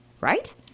Right